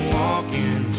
walking